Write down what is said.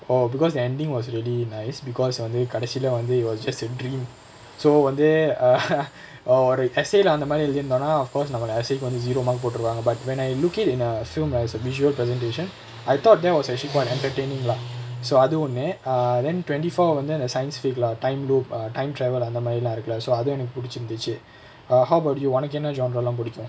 oh because ending was really nice because வந்து கடைசில வந்து:vanthu kadaisila vanthu it was just a dream so வந்து:vanthu oh ஒரு:oru essay leh அந்தமாரி எழுதி இருந்தோனா:anthamaari eluthi irunthonaa of course நம்மட:nammada essay கு வந்து:ku vanthu zero mark போட்ருவாங்க:potruvaanga but when I look it in a film as a visual presentation I thought that was actually quite entertaining lah so அது ஒன்னு:athu onnu err then twenty four வந்து அந்த:vanthu antha science fiction lah time loop err time travel lah அந்தமாரிலா இருக்கு:anthamaarilaa irukku lah so அதுவும் எனக்கு புடிச்சு இருந்துச்சு:athuvum enakku pudichu irunthuchu err how about you ஒனக்கு என்ன:onakku enna genre lah புடிக்கும்:pudikum